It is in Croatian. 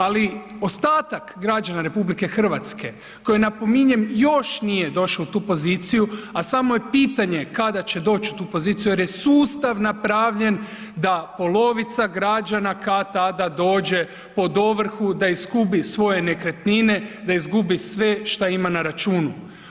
Ali ostatak građana RH koji napominjem još nije došao u tu poziciju, a samo je pitanje kada će doći u tu poziciju jer je sustav napravljen da polovica građana kad tada dođe pod ovrhu da izgubi svoje nekretnine da izgubi sve šta ima na računu.